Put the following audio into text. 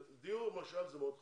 דיור למשל זה מאוד חשוב,